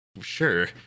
sure